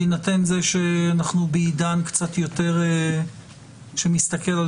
בהינתן זה שאנחנו בעידן שמסתכל על